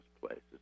places